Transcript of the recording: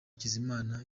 hakizimana